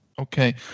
Okay